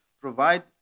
provide